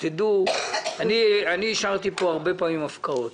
תדעו שאני אישרתי פה הרבה פעמים הפקעות